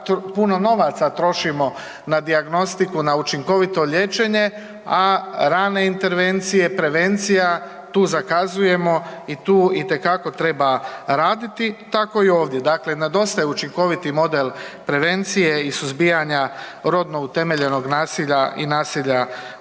puno novaca trošimo na dijagnostiku na učinkovito liječenje, a rane intervencije, prevencija tu zakazujemo i tu itekako treba raditi, tako i ovdje. Dakle, na dosta je učinkoviti model prevencije i suzbijanja rodno utemeljenog nasilja i nasilja